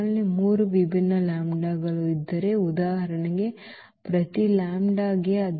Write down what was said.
ನಮ್ಮಲ್ಲಿ 3 ವಿಭಿನ್ನ ಲ್ಯಾಂಬ್ಡಾಗಳು ಇದ್ದರೆ ಉದಾಹರಣೆಗೆ ಪ್ರತಿ ಲ್ಯಾಂಬ್ಡಾಕ್ಕೆ